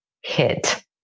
hit